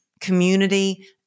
Community